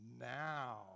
Now